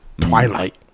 Twilight